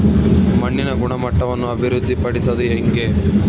ಮಣ್ಣಿನ ಗುಣಮಟ್ಟವನ್ನು ಅಭಿವೃದ್ಧಿ ಪಡಿಸದು ಹೆಂಗೆ?